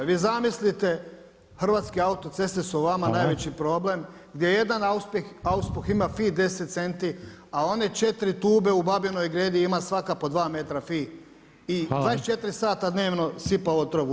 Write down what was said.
Vi zamislite Hrvatske autoceste su vama najveći problem gdje jedan auspuh ima FI10 centi a one 4 tube u Babinoj gredi ima svaka po 2 metra FI i 24 sta dnevno sipa otrov u ozon.